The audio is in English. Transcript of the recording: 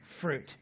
fruit